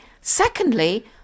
Secondly